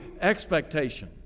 expectation